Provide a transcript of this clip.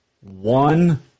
one